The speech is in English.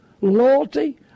Loyalty